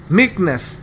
meekness